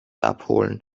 abholen